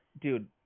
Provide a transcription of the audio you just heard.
dude